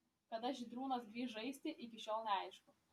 kada žydrūnas grįš žaisti iki šiol neaišku